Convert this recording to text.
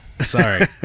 sorry